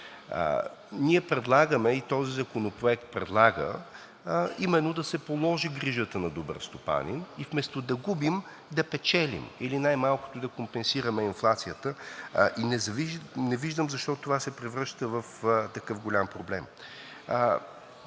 Ние предлагаме, и този законопроект предлага именно да се положи грижата на добър стопанин и вместо да губим, да печелим, или най-малкото да компенсираме инфлацията, и не виждам защо това се превръща в такъв голям проблем.